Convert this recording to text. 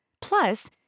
Plus